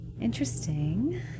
Interesting